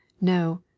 no